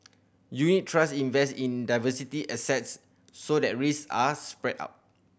unit trust invest in diversity assets so that risk are spread out